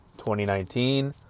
2019